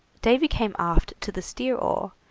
davy came aft to the steer-oar,